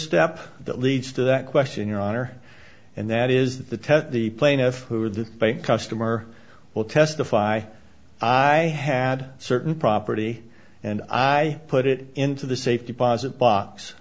step that leads to that question your honor and that is the test the plaintiff who are the customer will testify i had certain property and i put it into the safe deposit box